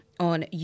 on